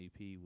EP